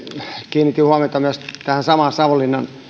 kiinnitin huomiota myös tähän samaan savonlinnan